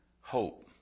hope